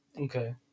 Okay